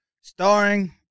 starring